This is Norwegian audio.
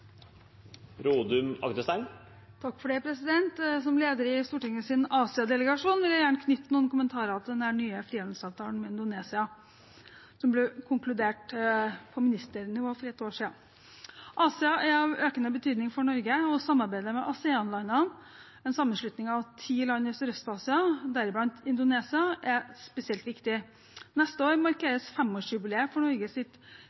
Som leder av Stortingets Asia-delegasjon vil jeg gjerne knytte noen kommentarer til denne nye frihandelsavtalen med Indonesia, som ble konkludert på ministernivå for et år siden. Asia er av økende betydning for Norge, og samarbeidet med ASEAN-landene – en sammenslutning av ti land i Sørøst-Asia, deriblant Indonesia – er spesielt viktig. Neste år